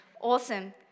Awesome